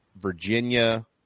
Virginia